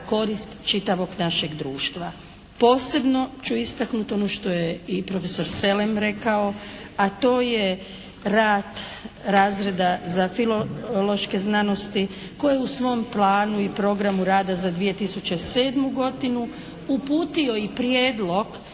korist čitavog našeg društva. Posebno ću istaknuti ono što je i profesor Selem rekao a to je rad razreda za filološke znanosti koje u svom planu i programu rada za 2007. godinu uputio i prijedlog